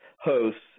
hosts